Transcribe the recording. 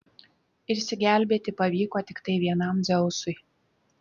išsigelbėti pavyko tiktai vienam dzeusui